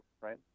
right